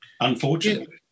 unfortunately